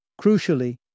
Crucially